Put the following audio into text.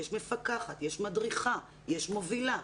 יש מפקחת, יש מדריכה, יש מובילה.